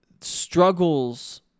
struggles